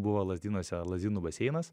buvo lazdynuose lazdynų baseinas